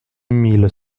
mille